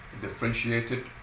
differentiated